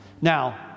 Now